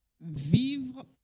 vivre